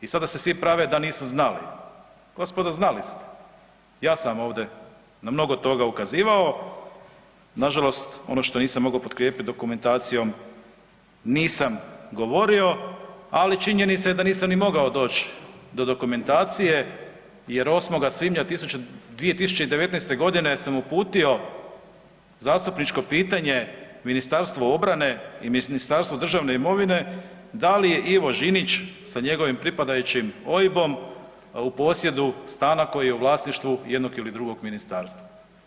I sada se svi prave da nisu znali, gospodo znali ste ja sam vam ovdje na mnogo toga ukazivao, nažalost ono što nisam mogao potkrijepiti dokumentacijom nisam govorio, ali činjenica je da nisam ni mogao doći do dokumentacije jer 8. svibnja 2019. godine sam uputio zastupničko pitanje Ministarstvu obrane i Ministarstvu državne imovine da li je Ivo Žinić sa njegovim pripadajućim OIB-om u posjedu stana koji je u vlasništvu jednog ili drugog ministarstva.